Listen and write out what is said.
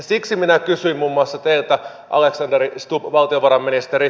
siksi minä kysyin muun muassa teiltä alexander stubb valtiovarainministeri